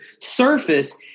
surface